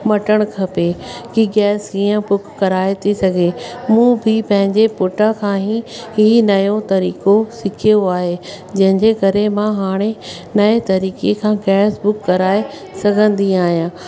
मटणु खपे कि गैस हीअं बुक कराए थी सघे मूं बि पंहिंजे पुट सां ही ही नओं तरीक़ो सिखियो आहे जंहिंजे करे मां हाणे नएं तरीक़े खां गैस बुक कराए सघंदी आहियां